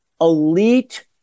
elite –